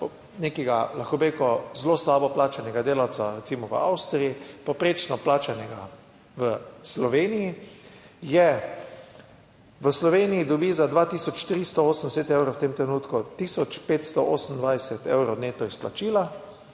nekega, lahko bi rekel, zelo slabo plačanega delavca, recimo v Avstriji, povprečno plačan v Sloveniji dobi za 2380 evrov v tem trenutku 1528 evrov neto izplačila,